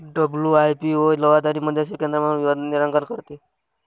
WIPO लवाद आणि मध्यस्थी केंद्रामार्फत विवाद निराकरण करते